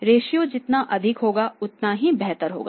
ratio जितना अधिक होगा उतना ही बेहतर होगा